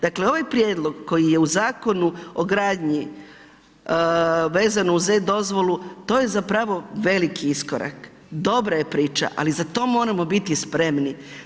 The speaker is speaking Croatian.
Dakle, ovaj prijedlog koji je u Zakonu o gradnji, vezano uz e-dozvolu, to je zapravo veliki iskorak, dobra je priča, ali za to moramo biti spremni.